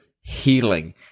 healing